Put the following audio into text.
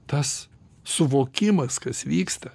tas suvokimas kas vyksta